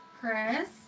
Chris